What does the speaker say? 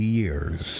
years